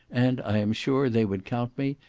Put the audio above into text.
and, i am sure, they would count me,